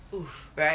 !oof! right